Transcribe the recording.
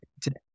today